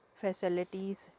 facilities